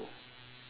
that's why they